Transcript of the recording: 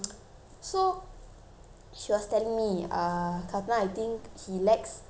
she was telling me uh kalpana I think he lacks um confidence